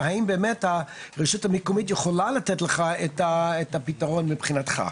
והאם באמת הרשות המקומית יכולה לתת לך את הפתרון מבחינתך.